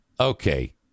Okay